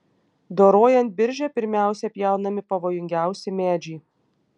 dorojant biržę pirmiausia pjaunami pavojingiausi medžiai